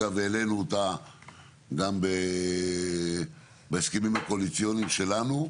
אגב העלינו אותה גם בהסכמים הקואליציוניים שלנו,